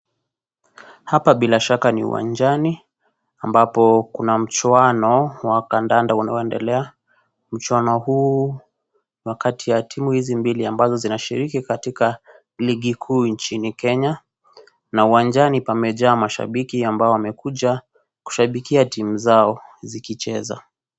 Hapa bila shaka ni uwanjani ambapo kuna mchwano wa kananda unaoendelea, mchwano huu ni wa kati wa timu mbili ambazo zinashiriki katika ligi kuu nchini Kenya na uwanjani pamejaa mashabiki ambao wamekuja kushabikia timu zao zikicheza.